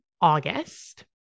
August